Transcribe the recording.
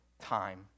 time